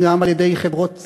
גם על-ידי חברות